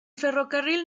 ferrocarril